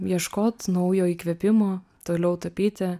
ieškot naujo įkvėpimo toliau tapyti